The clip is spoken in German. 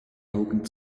augen